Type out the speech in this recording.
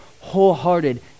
wholehearted